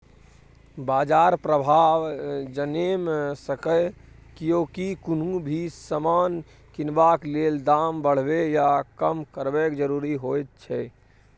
बाजार प्रभाव जनैम सकेए कियेकी कुनु भी समान किनबाक लेल दाम बढ़बे या कम करब जरूरी होइत छै